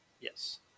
Yes